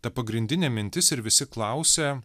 ta pagrindinė mintis ir visi klausia